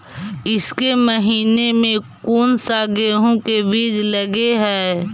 ईसके महीने मे कोन सा गेहूं के बीज लगे है?